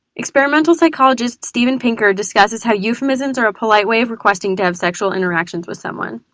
experimental psychologist steven pinker discusses how euphemisms are a polite way of requesting to have sexual interactions with someone.